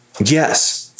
Yes